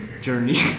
journey